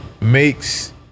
makes